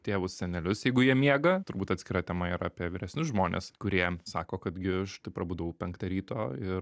tėvus senelius jeigu jie miega turbūt atskira tema yra apie vyresnius žmones kurie sako kad gi aš t prabudau penktą ryto ir